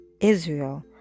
Israel